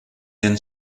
den